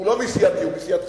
הוא לא מסיעתי, הוא מסיעתך,